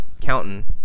counting